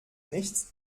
nichts